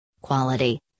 Quality